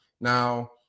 Now